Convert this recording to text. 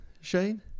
Shane